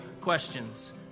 questions